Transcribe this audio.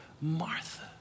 Martha